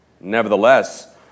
Nevertheless